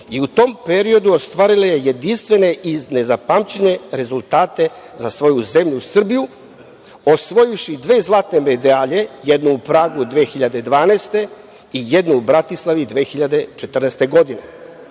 i u tom periodu ostvarila je jedinstvene i nezapamćene rezultate za svoju zemlju Srbiju, osvojivši dve zlatne medalje, jednu u Pragu 2012. godine i jednu u Bratislavi 2014. godine. Takođe,